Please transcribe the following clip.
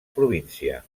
província